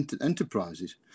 enterprises